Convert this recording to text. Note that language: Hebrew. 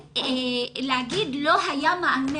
להגיד לא היה מענה,